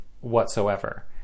whatsoever